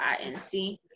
INC